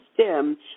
STEM